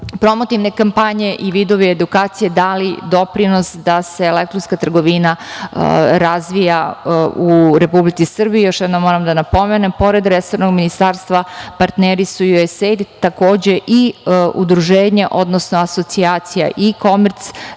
promotivne kampanje i vidovi edukacije dali doprinos da se elektronska trgovina razvija u Republici Srbiji. Još jednom moram da napomenem, pored resornog ministarstva, partneri su USAID, takođe i Udruženje, odnosno Asocijacija E-komerc